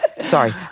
sorry